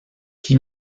qui